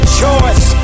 choice